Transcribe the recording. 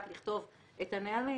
רק תכתוב את הנהלים,